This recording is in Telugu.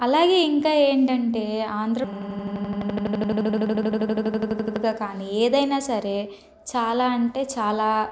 అలాగే ఇంకా ఏంటంటే ఆంధ్ర కానీ ఏదయినా సరే చాలా అంటే చాలా